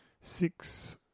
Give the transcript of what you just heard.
six